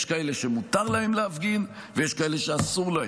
יש כאלה שמותר להם להפגין ויש כאלה שאסור להם,